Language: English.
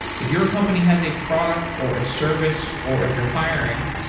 if your company has a product or ah service or if you're hiring,